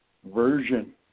Version